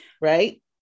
right